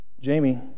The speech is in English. Jamie